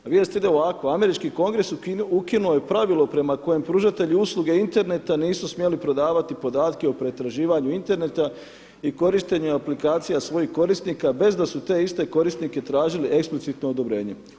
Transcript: A vijest ide ovako, američki Kongres ukinuo je pravilo prema kojem pružatelji usluge Interneta nisu smjeli prodavati podatke o pretraživanju Interneta i korištenja aplikacija svojih korisnika bez da su te iste korisnike tražili eksplicitno odobrenje.